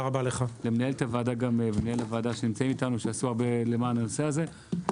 למנהלת הוועדה ומנהל הוועדה שנמצאים איתנו שעשו הרבה למען הנושא הזה.